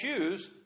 choose